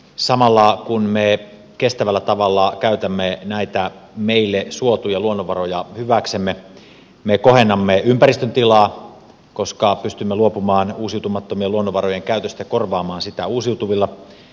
samalla kun me kestävällä tavalla käytämme näitä meille suotuja luonnonvaroja hyväksemme me kohennamme ympäristön tilaa koska pystymme luopumaan uusiutumattomien luonnonvarojen käytöstä ja korvaamaan niitä uusiutuvilla